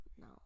No